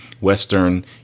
Western